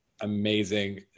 amazing